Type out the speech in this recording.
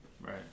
Right